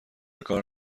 کار